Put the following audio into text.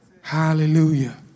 Hallelujah